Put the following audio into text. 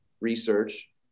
research